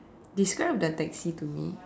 describe the taxi to me